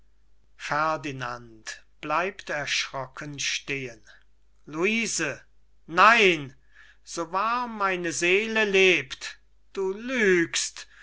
stehen luise nein so wahr meine seele lebt du lügst auch